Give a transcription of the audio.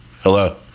Hello